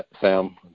Sam